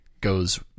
goes